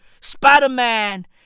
Spider-Man